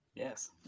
Yes